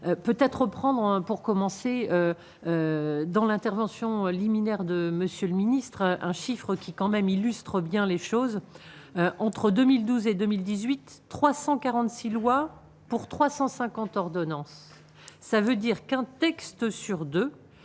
peut-être reprendre pour commencer dans l'intervention liminaire de monsieur le ministre, un chiffre qui, quand même, illustre bien les choses entre 2012 et 2018, 346 loi pour 350 ordonnances, ça veut dire qu'un texte sur 2